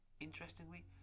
Interestingly